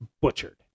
butchered